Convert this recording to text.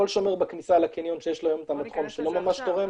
כל שומר בכניסה לקניון שיש לו היום את המדחום שלא ממש תורם,